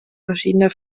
verschiedener